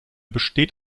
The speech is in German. besteht